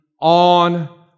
on